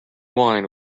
wine